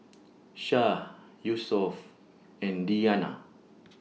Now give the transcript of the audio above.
Shah Yusuf and Diyana